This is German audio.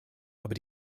aber